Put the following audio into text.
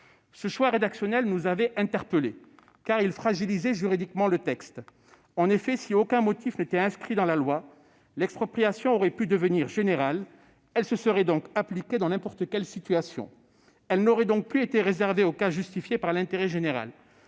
Ce choix rédactionnel nous avait interpellés en ce qu'il fragilisait juridiquement le texte. En effet, si aucun motif n'était inscrit dans la loi, l'expropriation aurait pu devenir générale et s'appliquer dans n'importe quelle situation. Elle n'aurait donc plus été réservée aux cas justifiés par l'intérêt général.